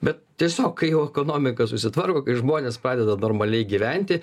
bet tiesiog kai jau ekonomika susitvarko kai žmonės pradeda normaliai gyventi